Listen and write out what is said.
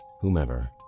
whomever